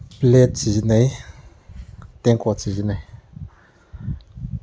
plate ꯁꯤꯖꯤꯟꯅꯩ ꯇꯦꯡꯀꯣꯠ ꯁꯤꯖꯤꯟꯅꯩ